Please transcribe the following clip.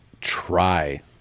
try